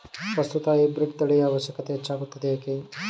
ಪ್ರಸ್ತುತ ಹೈಬ್ರೀಡ್ ತಳಿಯ ಅವಶ್ಯಕತೆ ಹೆಚ್ಚಾಗುತ್ತಿದೆ ಏಕೆ?